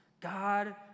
God